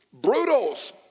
brutals